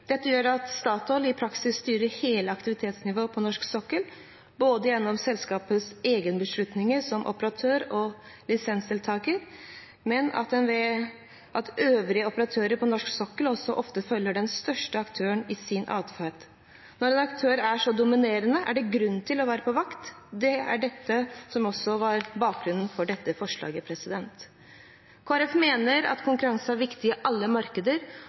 Dette gjør at Statoil i praksis styrer hele aktivitetsnivået på norsk sokkel, både gjennom selskapets egne beslutninger som operatør og lisensdeltaker og ved at øvrige operatører på norsk sokkel ofte følger den største aktøren i sin adferd. Når en aktør er så dominerende, er det grunn til å være på vakt. Det er det som er bakgrunnen for dette forslaget. Kristelig Folkeparti mener at konkurranse er viktig i alle markeder,